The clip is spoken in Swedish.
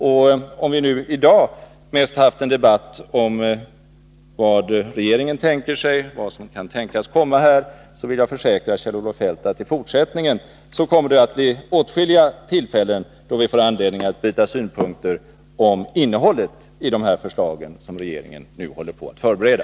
Även om vi i dag mest haft en debatt om vad regeringen tänker sig och vad som kan tänkas komma, vill jag försäkra Kjell-Olof Feldt att det i fortsättningen kommer att bli åtskilliga tillfällen då vi får anledning att byta synpunkter om innehållet i de förslag som regeringen nu håller på att förbereda.